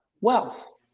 wealth